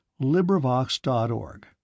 LibriVox.org